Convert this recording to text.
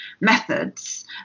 methods